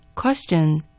Question